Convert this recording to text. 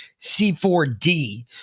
C4D